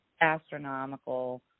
astronomical